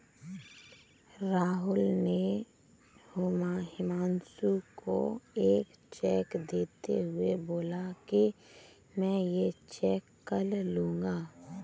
राहुल ने हुमांशु को एक चेक देते हुए बोला कि मैं ये चेक कल लूँगा